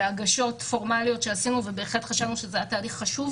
בהגשות פורמליות שעשינו ובהחלט חשבנו שזה היה תהליך חשוב